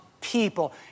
people